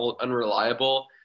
unreliable